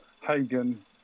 Hagen